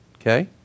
okay